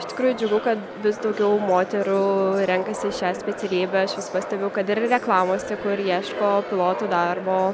iš tikrųjų džiugu kad vis daugiau moterų renkasi šią specialybę aš vis pastebiu kad ir reklamos kur ieško pilotų darbo